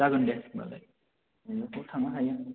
जागोन दे होनबालाय थांनो हायो